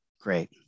Great